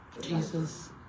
Jesus